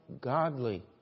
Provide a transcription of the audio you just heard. godly